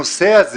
העלינו את זה.